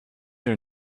your